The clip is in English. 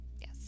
Yes